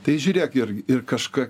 tai žiūrėk ir ir kažką